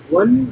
one